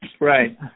Right